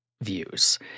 views